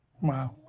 Wow